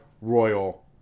Royal